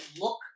look